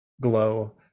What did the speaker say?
glow